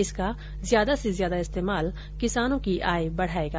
इसका ज्यादा से ज्यादा इस्तेमाल किसानों की आय बढायेगा